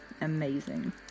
Amazing